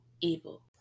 evil